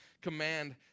command